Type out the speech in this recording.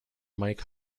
mike